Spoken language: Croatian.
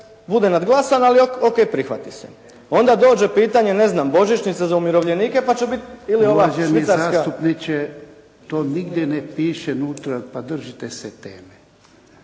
bude nadglasan ali OK prihvati se. Onda dođe pitanje, ne znam, Božićnice za umirovljenike pa će biti ili ova švicarska …… /Upadica: Uvaženi zastupniče to nigdje ne piše unutra. Pa držite se teme./